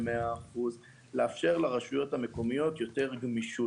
לאפשר לרשויות המקומיות יותר גמישות.